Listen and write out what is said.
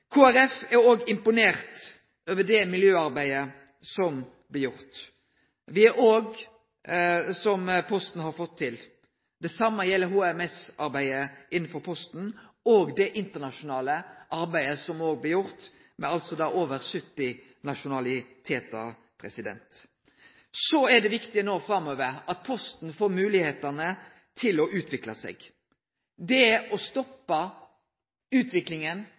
Folkeparti er òg imponert over det miljøarbeidet som blir gjort, og som Posten har fått til. Det same gjeld HMS-arbeidet innanfor Posten og det internasjonale arbeidet som blir gjort, med over 70 nasjonalitetar. Så er det viktig framover at Posten får moglegheit til å utvikle seg. Det å stoppe utviklinga,